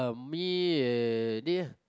for me uh